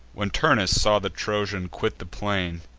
when turnus saw the trojan quit the plain,